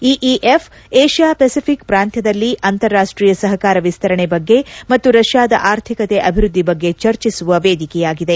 EEF Asia ಥೆಸಿಪಿಕ್ ಪ್ರಾಂತ್ಯದಲ್ಲಿ ಅಂತಾರಾಷ್ಟೀಯ ಸಹಕಾರ ವಿಸ್ತರಣೆ ಬಗ್ಗೆ ಮತ್ತು ರಷ್ಯಾದ ಆರ್ಥಿಕತೆ ಅಭಿವೃದ್ದಿ ಬಗ್ಗೆ ಚರ್ಚಿಸುವ ವೇದಿಕೆಯಾಗಿದೆ